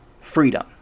freedom